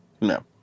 No